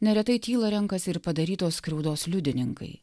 neretai tylą renkasi ir padarytos skriaudos liudininkai